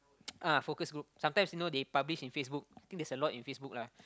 uh focus group sometimes you know they publish in Facebook think there's a lot in Facebook lah